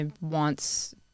wants